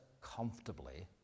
comfortably